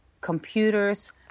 computers